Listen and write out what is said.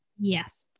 Yes